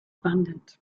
abundant